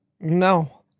No